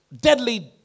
deadly